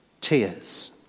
Tears